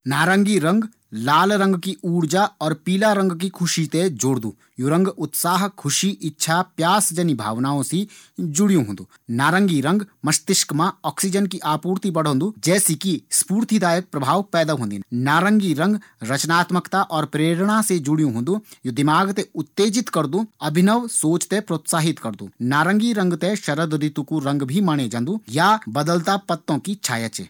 नारंगी रंग लाल रंग की ऊर्जा और पीला रंग की ख़ुशी थें जोड़दू। यू रंग उत्साह, ख़ुशी, इच्छा, प्यास जनी भावनाओं से जुड़यूं होंदू। यू मस्तिष्क मा ऑक्सीजन की आपूर्ती बढोंदू। जै से कि सफूर्तीदायक प्रभाव पैदा होंदिन। यू रचनात्मकता और प्रेरणा से जुड़यु होंदू। यू दिमाग़ थें उत्तेजित करदू और अभिनव सोच थें प्रोत्साहित करदू। ये थें शरद ऋतु कू रंग भी माणे जांदू। या बदलता पत्तों की छाया च।